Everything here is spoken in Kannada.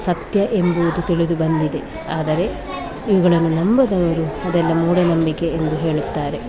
ಸತ್ಯ ಎಂಬುವುದು ತಿಳಿದು ಬಂದಿದೆ ಆದರೆ ಇವುಗಳನ್ನು ನಂಬದವರು ಅದೆಲ್ಲ ಮೂಢನಂಬಿಕೆ ಎಂದು ಹೇಳುತ್ತಾರೆ